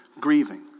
grieving